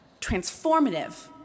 transformative